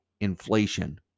inflation